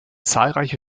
zahlreiche